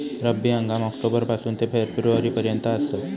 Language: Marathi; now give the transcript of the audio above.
रब्बी हंगाम ऑक्टोबर पासून ते फेब्रुवारी पर्यंत आसात